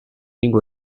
lingua